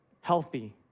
healthy